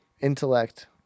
intellect